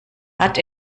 hat